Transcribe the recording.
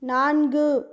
நான்கு